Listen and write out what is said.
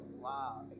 Wow